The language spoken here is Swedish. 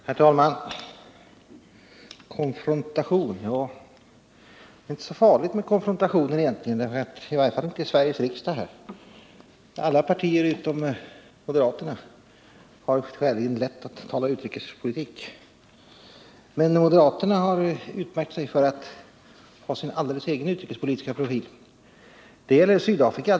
Herr talman! Konfrontation! Ja, det är egentligen inte så farligt med konfrontationen, i varje fall inte här i Sveriges riksdag. Alla partier utom moderaterna har skäligen lätt att tala utrikespolitik med varandra, men moderaterna har utmärkt sig för att ha sin alldeles egen utrikespolitiska profil. Det gäller Sydafrika.